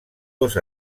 dos